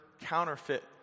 counterfeit